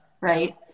right